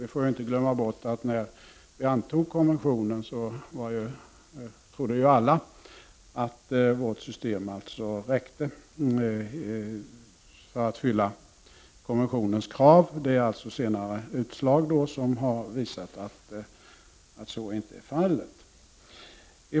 Vi får inte glömma bort att när vi antog konventionen trodde alla att vårt system räckte för att uppfylla konventionens krav. Det är alltså senare utslag som har visat att så inte är fallet.